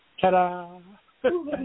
Ta-da